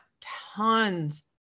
tons